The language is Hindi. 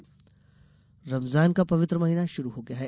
रमजान रमजान का पवित्र महिना शुरू हो गया है